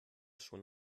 schon